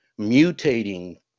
mutating